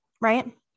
right